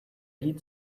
heat